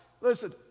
Listen